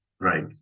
Right